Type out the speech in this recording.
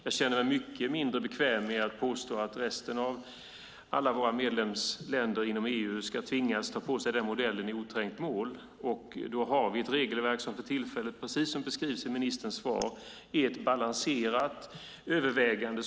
Jag känner mig mycket mindre bekväm med att påstå att alla våra medlemsländer inom EU ska tvingas ta på sig den modellen i oträngt mål. Vi har ett regelverk som för tillfället, precis som beskrivs i ministerns svar, är ett balanserat övervägande.